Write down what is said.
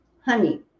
Honey